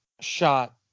shot